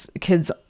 kids